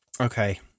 okay